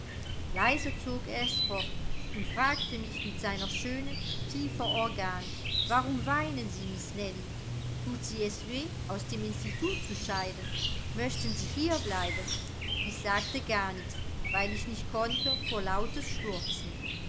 leise zog er es fort und fragte mich mit seiner schöner tiefer organ warum weinen sie miß nellie thut sie es weh aus dem institut zu scheiden möchten sie hier bleiben ich sagte gar nix weil ich nicht konnte vor lautes schluchzen